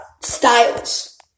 styles